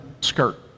skirt